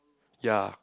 ya